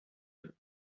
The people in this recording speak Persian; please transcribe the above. داره